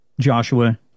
Joshua